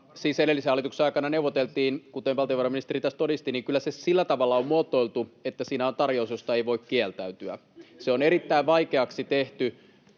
edellisen hallituksen aikana neuvoteltiin, kuten valtiovarainministeri tässä todisti — on sillä tavalla muotoiltu, että siinä on tarjous, josta ei voi kieltäytyä. Se on erittäin vaikeaksi tehty